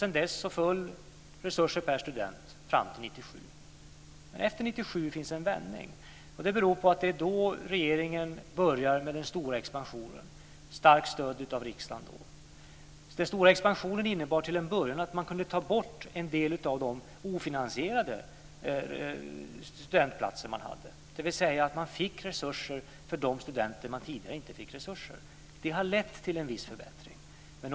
Sedan dess föll resurserna per student fram till 1997. Efter 1997 finns en vändning. Det beror på att det är då regeringen börjar med den stora expansionen. Då hade man starkt stöd av riksdagen. Den stora expansionen innebar till en början att man kunde ta bort en del av de ofinansierade studentplatser man hade. Man fick alltså resurser för de studenter man tidigare inte fick resurser för. Det har lett till en viss förbättring.